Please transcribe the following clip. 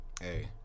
Hey